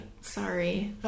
Sorry